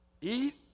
Eat